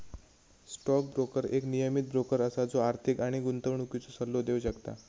stock broker एक नियमीत broker असा जो आर्थिक आणि गुंतवणुकीचो सल्लो देव शकता